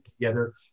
together